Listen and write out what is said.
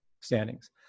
standings